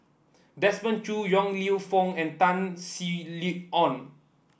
Desmond Choo Yong Lew Foong and Tan Sin Aun